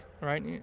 right